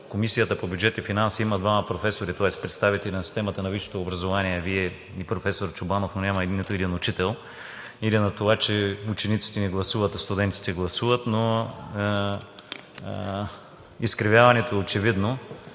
Комисията по бюджет и финанси има двама професори, тоест представители на системата на висшето образование – Вие, и професор Чобанов, но няма нито един учител, или на това, че учениците не гласуват, а студентите гласуват но изкривяването е очевидно.